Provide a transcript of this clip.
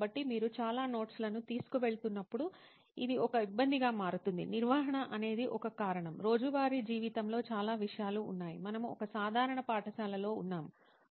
కాబట్టి మీరు చాలానోట్స్ లను తీసుకువెళుతున్నప్పుడు ఇది ఒక ఇబ్బందిగా మారుతుంది నిర్వహణ అనేది ఒక కారణం రోజువారీ జీవితంలో చాలా విషయాలు ఉన్నాయి మనము ఒక సాధారణ పాఠశాలలో ఉన్నాము